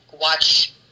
watch